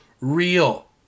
Real